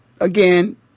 again